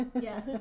yes